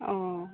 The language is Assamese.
অঁ